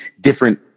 different